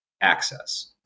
access